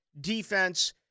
defense